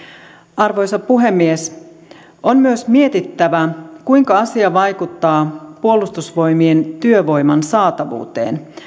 arvoisa puhemies on myös mietittävä kuinka asia vaikuttaa puolustusvoimien työvoiman saatavuuteen